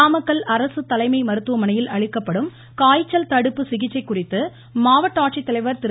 நாமக்கல் அரசு தலைமை மருத்துவமனையில் அளிக்கப்படும் காய்ச்சல் தடுப்பு சிகிச்சை குறித்து மாவட்ட ஆட்சித்தலைவர் திரு